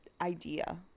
idea